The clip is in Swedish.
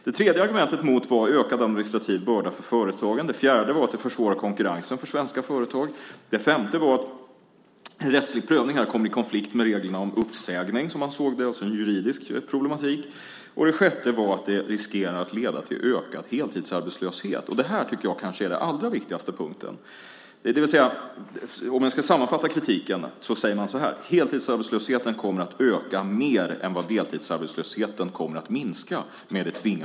Det tredje argumentet mot förslaget var ökad administrativ börda för företagen, det fjärde att det skulle försvåra konkurrensen för svenska företag och det femte att en rättslig prövning skulle, som man såg det, komma i konflikt med reglerna om uppsägning, alltså en juridisk problematik. Det sjätte skälet var att förslaget riskerade att leda till ökad heltidsarbetslöshet. Jag tycker att det kanske är den allra viktigaste invändningen. Om jag ska sammanfatta kritiken säger man alltså att med det tvingande förslaget kommer heltidsarbetslösheten att öka mer än vad deltidsarbetslösheten kommer att minska.